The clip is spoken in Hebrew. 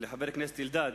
לחבר הכנסת אלדד.